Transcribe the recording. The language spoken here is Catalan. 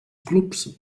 clubs